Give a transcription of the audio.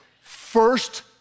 first